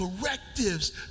correctives